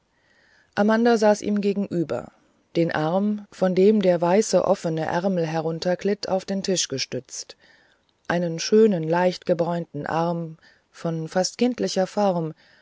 amanda saß ihm gegenüber den arm von dem der weiße offene ärmel hinunterglitt auf den tisch gestützt einen schönen leicht gebräunten arm von fast kindlicher form